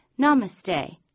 namaste